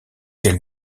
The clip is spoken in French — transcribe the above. quel